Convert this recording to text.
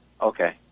Okay